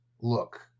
look